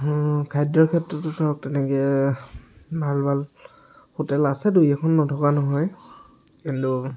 হু খাদ্যৰ ক্ষেত্ৰতো ধৰক তেনেকৈ ভাল ভাল হোটেল আছে দুই এখন নথকা নহয় কিন্তু